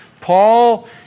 Paul